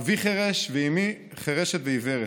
אבי חירש ואימי חירשת ועיוורת.